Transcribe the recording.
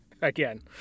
Again